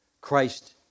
Christ